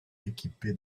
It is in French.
équipé